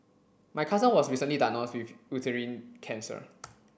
my cousin was recently diagnosed with uterine cancer